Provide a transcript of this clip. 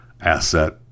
asset